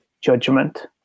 judgment